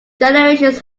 generations